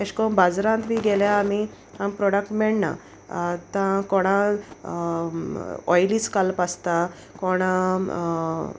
अेशकोन्न बाजारांत बी गेल्यार आमी प्रोडाक्ट मेळना आतां कोणाक ऑयलीच कालप आसता कोणाक